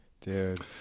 Dude